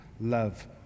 love